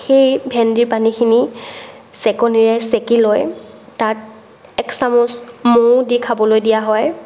সেই ভেন্দিৰ পানীখিনি চেকনীৰে চেকি লৈ তাত এক চামুচ মৌ দি খাবলৈ দিয়া হয়